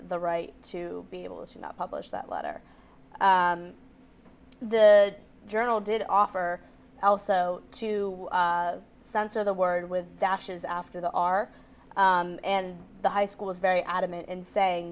the right to be able to not publish that letter the journal did offer also to censor the word with dashes after the r and the high school was very adamant in say